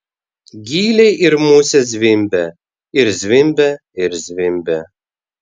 gyliai ir musės zvimbia ir zvimbia ir zvimbia